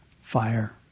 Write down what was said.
fire